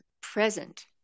present